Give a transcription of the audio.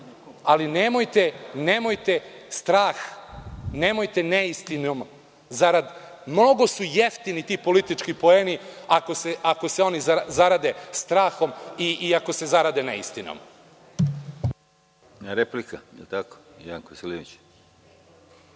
ali nemojte strah, nemojte neistine. Mnogo su jeftini politički poeni ako se oni zarade strahom i ako se zarade neistinom.